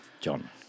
John